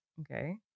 Okay